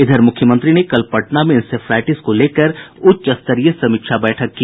इधर मुख्यमंत्री ने कल पटना में इंसेफ्लाइटिस को लेकर उच्चस्तरीय समीक्षा बैठक की